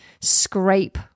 scrape